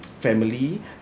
Family